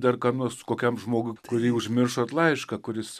dar ką nors kokiam žmogui kurį užmiršot laišką kuris